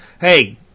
Hey